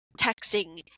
texting